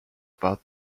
about